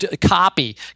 Copy